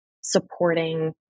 supporting